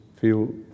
feel